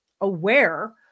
aware